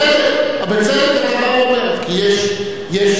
ובצדק אתה בא ואומר, כי יש